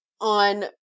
On